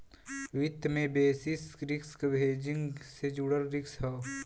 वित्त में basis risk hedging से जुड़ल रिस्क हौ